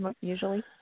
usually